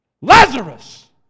Lazarus